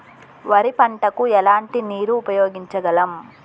వరి పంట కు ఎలాంటి నీరు ఉపయోగించగలం?